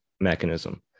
mechanism